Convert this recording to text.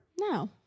No